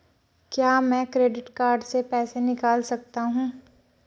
क्या मैं credit card से पैसे निकाल सकता हूँ?